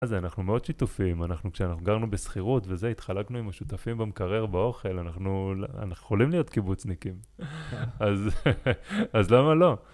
מה זה, אנחנו מאוד שיתופיים, אנחנו כשאנחנו גרנו בשכירות וזה התחלקנו עם השותפים במקרר, באוכל, אנחנו יכולים להיות קיבוצניקים, אז למה לא?